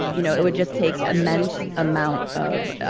you know it would just take immense amount of ah